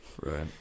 right